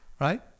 Right